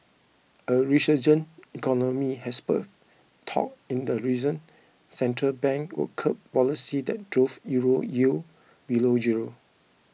a resurgent economy has spurred talk in the region's central bank will curb policies that drove Euro yields below zero